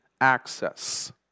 access